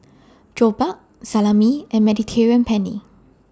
Jokbal Salami and Mediterranean Penne